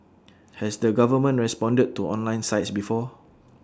has the government responded to online sites before